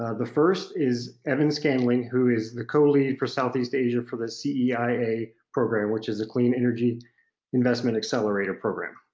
the first is evan scandling, who is the co-lead for southeast asia for the ceia program, which is the clean energy investment accelerator program.